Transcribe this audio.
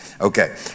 Okay